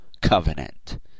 covenant